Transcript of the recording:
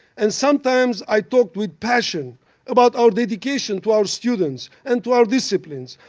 and sometimes i talked with passion about our dedication to our students and to our disciplines,